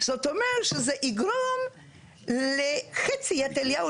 זאת אומרת שזה יגרום לחצי יד אליהו